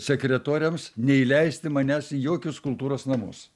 sekretoriams neįleisti manęs į jokius kultūros namus